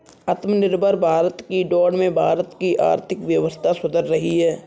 आत्मनिर्भर भारत की दौड़ में भारत की आर्थिक व्यवस्था सुधर रही है